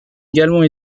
également